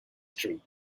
street